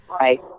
Right